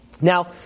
Now